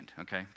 okay